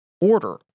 order